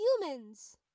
humans